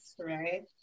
right